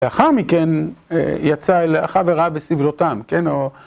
ואחר מכן, יצא אל אחיו ורטה בסבלותם, כן?